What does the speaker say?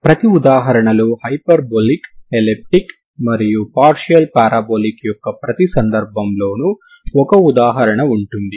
ప్రతి ఉదాహరణలో hyperbolic elliptic మరియు పార్షియల్ పారాబొలిక్ యొక్క ప్రతి సందర్భంలోనూ ఒక ఉదాహరణ ఉంటుంది